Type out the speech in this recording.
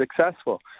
successful